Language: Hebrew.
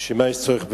לשם מה יש צורך בוועד?